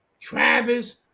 Travis